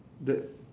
that